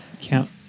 Count